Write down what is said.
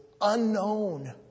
unknown